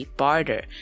barter，